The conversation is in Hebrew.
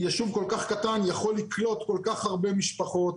ישוב כל כך קטן יכול לקלוט כל כך הרבה משפחות.